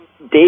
Dave